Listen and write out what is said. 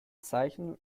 zeichen